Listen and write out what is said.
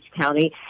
County